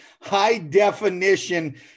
high-definition